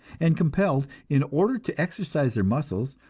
and compelled, in order to exercise their muscles,